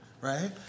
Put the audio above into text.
right